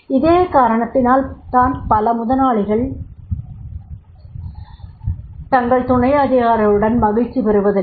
இதே காரணத்தினால் தான் பல முதலாளிகள் தங்கள் துணை அதிகாரிகளுடன் மகிழ்ச்சி பெறுவதில்லை